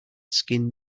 skin